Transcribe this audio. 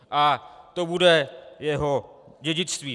A to bude jeho dědictví.